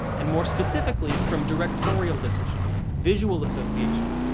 and more specifically from directorial decisions, visual associations.